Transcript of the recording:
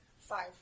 Five